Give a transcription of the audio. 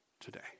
today